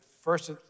first